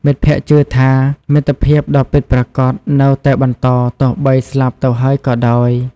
មិត្តភក្តិជឿថា មិត្តភាពដ៏ពិតប្រាកដនៅតែបន្តទោះបីស្លាប់ទៅហើយក៏ដោយ។